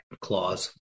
clause